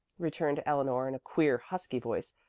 returned eleanor in a queer, husky voice.